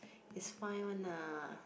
is fine one ah